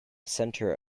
centre